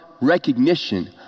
recognition